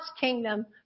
kingdom